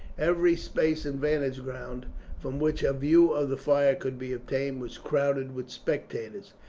every space and vantage ground from which a view of the fire could be obtained was crowded with spectators.